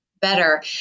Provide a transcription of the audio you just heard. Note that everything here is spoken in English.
better